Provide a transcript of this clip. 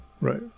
Right